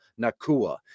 Nakua